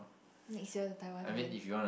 next year Taiwan again